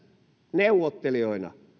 neuvottelijoina